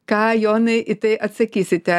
ką jonai į tai atsakysite